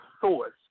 source